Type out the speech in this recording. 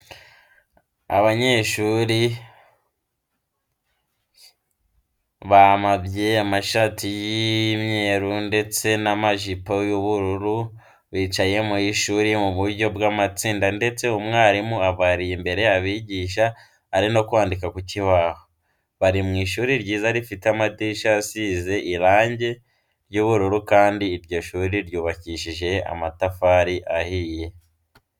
Abanyeshuri bamabye amashati y'imyeru ndetse n'amajipo y'ubururu bicayr mu ishuri mu buryo bw'amatsinda ndetse umwarimu abari ambere abigisha ari no kwandika ku kibaho. Bari mu ishuri ryiza rifite amadirishya asize iange ry'ubururu kandi iryo shuri ryubakishije amatafari ahiye.